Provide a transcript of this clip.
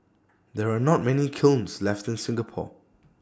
there are not many kilns left in Singapore